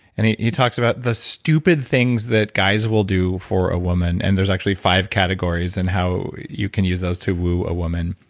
and he he talks about the stupid things that guys will do for a woman and there's actually five categories and how you can use those to woo a woman.